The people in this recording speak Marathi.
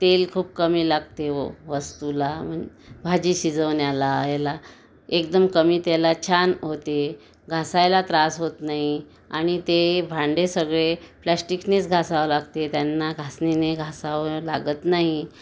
तेल खूप कमी लागते व वस्तूला भाजी शिजवण्याला ह्याला एकदम कमी तेलात छान होते घासायला त्रास होत नाही आणि ते भांडे सगळे प्लास्टिकनेच घासावं लागते त्यांना घासणीने घासावं लागत नाही